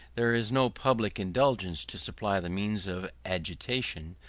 there is no public indigence to supply the means of agitation,